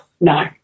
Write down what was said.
No